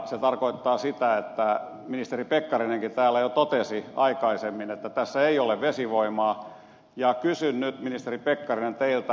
se tarkoittaa sitä ministeri pekkarinenkin täällä jo totesi aikaisemmin että tässä ei ole vesivoimaa ja kysyn nyt ministeri pekkarinen teiltä